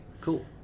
cool